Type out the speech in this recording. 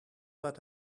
that